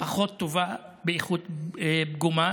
פחות טובה, באיכות פגומה.